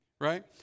Right